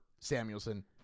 Samuelson